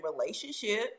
relationship